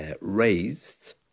raised